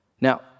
Now